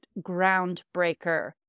groundbreaker